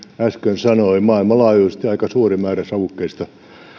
äsken sanoi maailmanlaajuisesti aika suuri määrä savukkeista